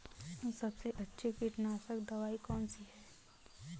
सबसे अच्छी कीटनाशक दवाई कौन सी है?